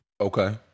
Okay